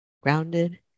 grounded